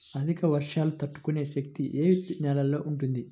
అధిక వర్షాలు తట్టుకునే శక్తి ఏ నేలలో ఉంటుంది?